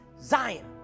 Zion